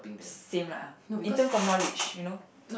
same lah in terms of knowledge you know